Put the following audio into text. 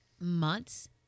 months